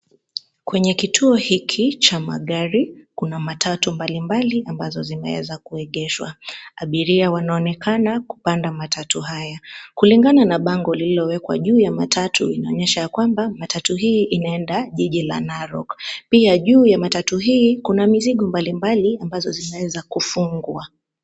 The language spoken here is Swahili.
Kwenye kituo hiki cha magari kuna matatu mbalimbali ambazo zimeweza kuegeshwa, abiria wanaonekana kupanda matatu haya, kulingana na bango lililowekwa juu ya matatu inaonyesha ya kwamba matatu hii inaenda jiji la Narok. Pia juu ya matatu hii kuna mizigo mbalimbali ambazo zinaeza kufungwa.